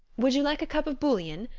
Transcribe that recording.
would you like a cup of bouillon?